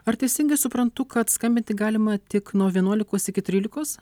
ar teisingai suprantu kad skambinti galima tik nuo vienuolikos iki trylikos